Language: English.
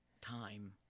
time